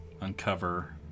uncover